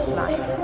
life